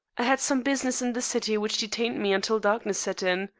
i had some business in the city which detained me until darkness set in.